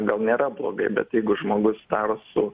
gal nėra blogai bet jeigu žmogus daro su